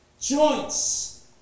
Joints